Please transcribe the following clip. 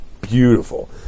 beautiful